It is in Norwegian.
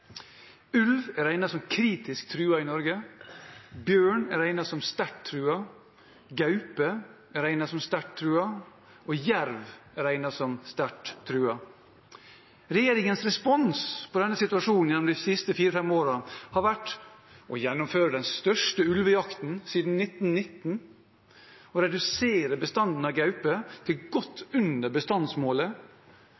Ulv regnes som kritisk truet i Norge, bjørn regnes som sterkt truet, gaupe regnes som sterkt truet, og jerv regnes som sterkt truet. Regjeringens respons på denne situasjonen har de siste fire–fem årene vært å gjennomføre den største ulvejakten siden 1919, redusere bestanden av gaupe til godt